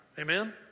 amen